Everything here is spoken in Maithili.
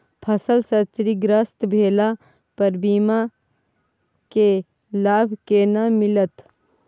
फसल क्षतिग्रस्त भेला पर बीमा के लाभ केना मिलत?